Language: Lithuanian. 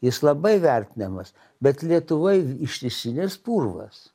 jis labai vertinamas bet lietuvoj ištisinis purvas